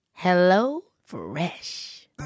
HelloFresh